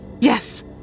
Yes